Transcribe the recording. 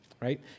right